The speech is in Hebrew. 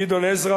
גדעון עזרא